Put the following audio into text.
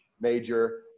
major